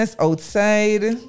outside